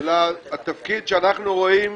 אלא התפקיד שאנחנו רואים